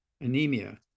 Anemia